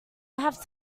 have